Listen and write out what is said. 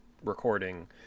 recording